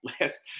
last